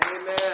Amen